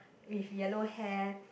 with yellow hair